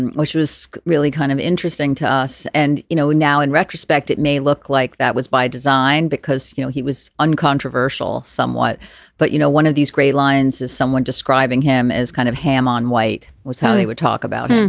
and which was really kind of interesting to us. and you know now in retrospect it may look like that was by design because you know he was uncontroversial somewhat but you know one of these great lines is someone describing him as kind of ham on white was how he would talk about him.